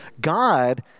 God